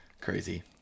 Crazy